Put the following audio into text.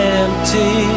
empty